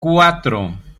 cuatro